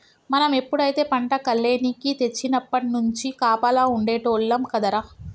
మనం ఎప్పుడైతే పంట కల్లేనికి తెచ్చినప్పట్నుంచి కాపలా ఉండేటోల్లం కదరా